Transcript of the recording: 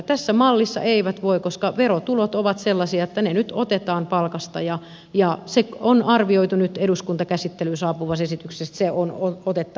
tässä mallissa eivät voi koska verotulot ovat sellaisia että ne nyt otetaan palkasta ja se on arvioitu nyt eduskuntakäsittelyyn saapuvassa esityksessä että se on otettava huomioon